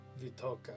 Vitoka